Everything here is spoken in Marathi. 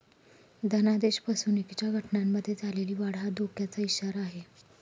धनादेश फसवणुकीच्या घटनांमध्ये झालेली वाढ हा धोक्याचा इशारा आहे